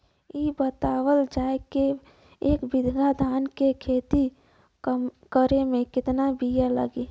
इ बतावल जाए के एक बिघा धान के खेती करेमे कितना बिया लागि?